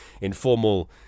informal